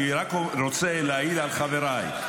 אני רק רוצה להעיד על חבריי,